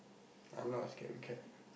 I'm not a scary cat